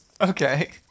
Okay